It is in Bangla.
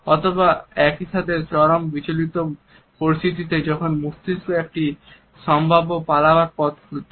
অথবা একই সাথে চরম বিচলিত পরিস্থিতিতে যখন মস্তিষ্ক একটি সাম্ভাব্য পালাবার পথ খুঁজছে